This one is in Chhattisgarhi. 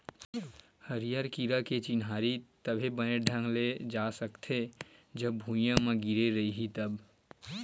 हरियर कीरा के चिन्हारी तभे बने ढंग ले जा सकथे, जब भूइयाँ म गिरे रइही तब